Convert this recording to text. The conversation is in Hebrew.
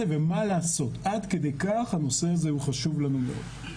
ומה לעשות עד כדי כך הנושא הזה הוא חשוב לנו מאוד.